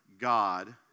God